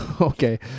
okay